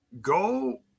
go